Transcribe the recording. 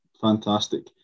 fantastic